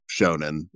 shonen